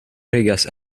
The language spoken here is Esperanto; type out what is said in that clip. regas